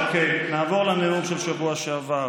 אוקיי, נעבור לנאום של השבוע שעבר.